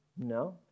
no